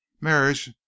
marriage